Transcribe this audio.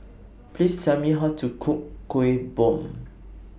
Please Tell Me How to Cook Kuih Bom